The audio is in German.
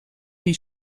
die